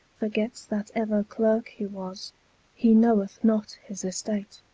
forgets that ever clerke he was he knowth not his estate.